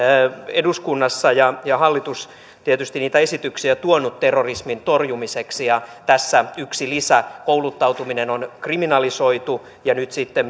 eduskunnassa ja ja hallitus on tietysti niitä esityksiä tuonut terrorismin torjumiseksi ja tässä yksi lisä kouluttautuminen on kriminalisoitu ja nyt sitten